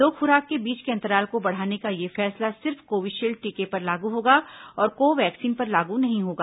दो खुराक के बीच के अंतराल को बढ़ाने का यह फैसला सिर्फ कोविशील्ब्ड टीके पर लागू होगा और को वैक्सीन पर लागू नहीं होगा